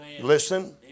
Listen